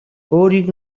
өөрийг